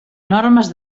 normes